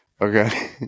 Okay